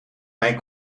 mijn